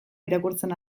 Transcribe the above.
irakurtzen